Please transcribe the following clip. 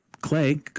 Clay